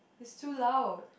it's too loud